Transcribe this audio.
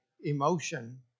emotion